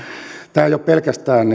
tämä ei ole pelkästään